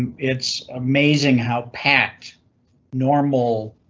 it's amazing how packed normal.